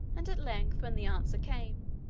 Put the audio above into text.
and at length, when the answer came,